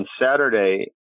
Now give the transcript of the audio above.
Saturday